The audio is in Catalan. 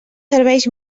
serveis